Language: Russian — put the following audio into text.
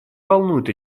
волнует